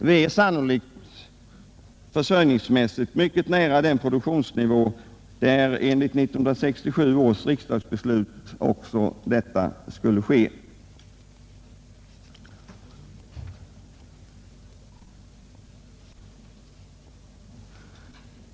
Vi är sannolikt ur försörjningssynpunkt mycket nära den produktionsnivå, där detta enligt 1967 års riksdagsbeslut också skulle ske.